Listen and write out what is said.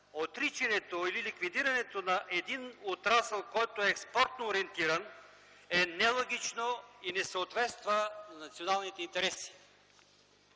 отричането или ликвидирането на един отрасъл, който е експортно ориентиран, е нелогично и не съответства на националните интереси.